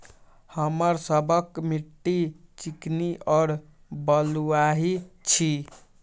हमर सबक मिट्टी चिकनी और बलुयाही छी?